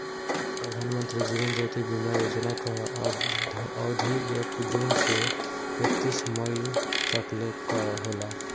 प्रधानमंत्री जीवन ज्योति बीमा योजना कअ अवधि एक जून से एकतीस मई तकले कअ होला